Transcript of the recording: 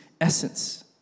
essence